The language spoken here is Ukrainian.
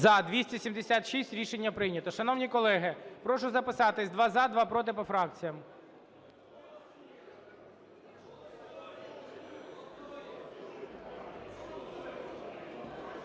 За-276 Рішення прийнято. Шановні колеги, прошу записатися: два – за, два – проти по фракціях.